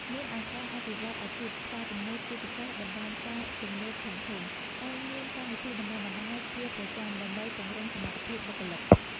មានឱកាសអភិវឌ្ឍន៍អាជីព ផ្សារទំនើប ជាពិសេសបណ្ដាញផ្សារទំនើបធំៗ តែងមានកម្មវិធីបណ្ដុះបណ្ដាលជាប្រចាំដើម្បីពង្រឹងសមត្ថភាពបុគ្គលិក។